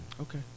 Okay